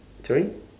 sorry